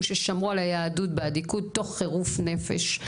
ששמרו על היהדות באדיקות תוך חירוף נפש.